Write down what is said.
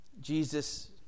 Jesus